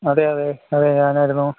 അതെ അതെ അതെ ഞാനായിരുന്നു